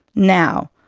now,